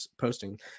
posting